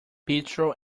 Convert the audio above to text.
petrol